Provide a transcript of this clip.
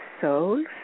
souls